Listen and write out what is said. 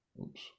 Oops